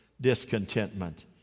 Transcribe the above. discontentment